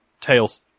tails